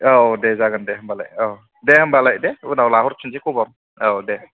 औ दे जागोन दे होम्बालाय औ दे होम्बालाय दे उनाव लाहरफिनसै खबर औ दे